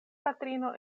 patrino